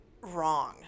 wrong